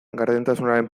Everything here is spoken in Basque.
gardentasunaren